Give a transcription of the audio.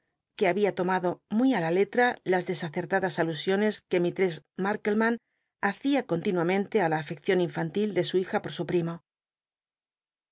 que habja tomado muy li la letra las desatadas alusiones que mistress markleham hacia con tinuamente á la afeccion infantil de su hija por su primo